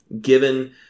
given